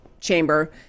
chamber